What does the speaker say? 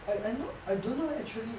I know I don't know actually